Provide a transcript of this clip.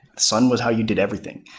sun was how you did everything.